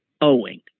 Owing